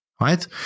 right